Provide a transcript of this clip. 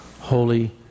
Holy